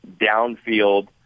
downfield